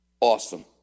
Awesome